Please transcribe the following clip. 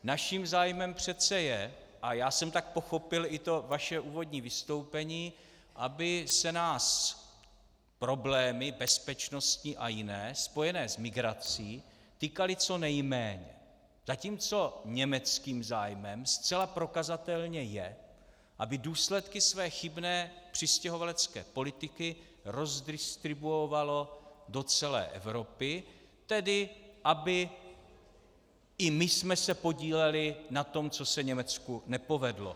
Naším zájmem přece je, a já jsem tak pochopil i to vaše úvodní vystoupení, aby se nás problémy bezpečnosti a jiné spojené s migrací týkaly co nejméně, zatímco německým zájmem zcela prokazatelně je, aby důsledky své chybné přistěhovalecké politiky rozdistribuovalo do celé Evropy, tedy abychom se i my podíleli na tom, co se Německu nepovedlo.